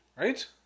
Right